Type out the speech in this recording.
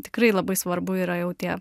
tikrai labai svarbu yra jau tie